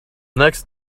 next